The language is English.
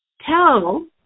tell